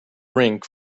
rink